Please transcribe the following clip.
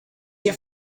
your